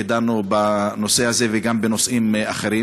ודנו בנושא הזה וגם בנושאים אחרים.